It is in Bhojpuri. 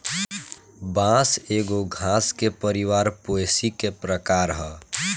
बांस एगो घास के परिवार पोएसी के प्रकार ह